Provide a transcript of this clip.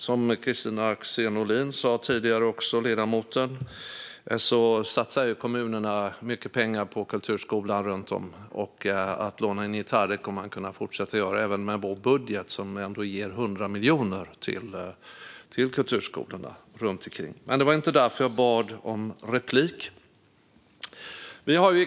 Som ledamoten Kristina Axén Olin sa tidigare satsar kommunerna mycket pengar på kulturskolan, och man kommer att kunna fortsätta att låna en gitarr även med vår budget, som ju ger 100 miljoner till kulturskolorna. Men det var inte därför jag bad om replik.